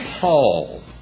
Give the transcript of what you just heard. Paul